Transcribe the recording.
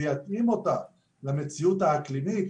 ויתאים אותה למציאות האקלימית,